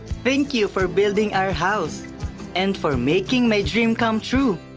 thank you for building our house and for making my dream come true.